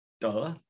duh